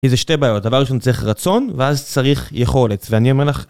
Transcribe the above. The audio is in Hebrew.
יש בזה שתי בעיות, הדבר הראשון צריך רצון, ואז צריך יכולת, ואני אומר לך...